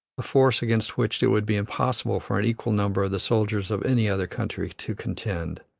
a force against which it would be impossible for an equal number of the soldiers of any other country to contend.